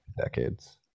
decades